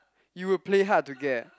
you would play hard to get